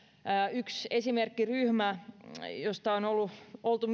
yksi esimerkkiryhmä josta on oltu